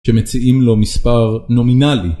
שמציעים לו מספר נומינלי.